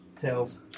Tails